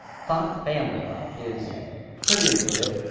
font family is pretty intuitive.